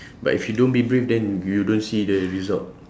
but if you don't be brave then you don't see the result